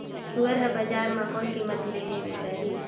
सुअर हर बजार मां कोन कीमत ले बेचाही?